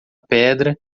pedra